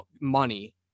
money